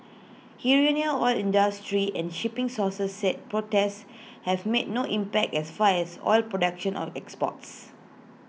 Iranian oil industry and shipping sources said protests have make no impact as far as oil prelection or exports